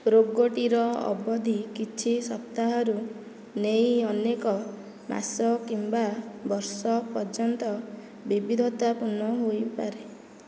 ରୋଗଟିର ଅବଧି କିଛି ସପ୍ତାହରୁ ନେଇ ଅନେକ ମାସ କିମ୍ବା ବର୍ଷ ପର୍ଯ୍ୟନ୍ତ ବିବିଧତାପୂର୍ଣ୍ଣ ହୋଇପାରେ